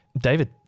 David